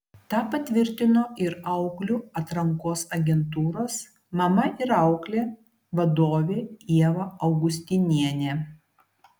tą patvirtino ir auklių atrankos agentūros mama ir auklė vadovė ieva augustinienė